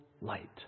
light